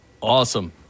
Awesome